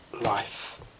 life